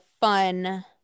fun